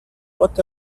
what